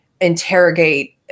interrogate